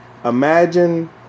Imagine